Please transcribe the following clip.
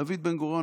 דוד בן-גוריון,